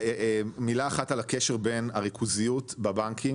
מילה אחת על הקשר בין הריכוזיות בבנקים